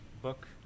Book